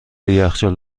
یخچال